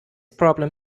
problem